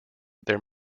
their